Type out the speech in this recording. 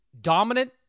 dominant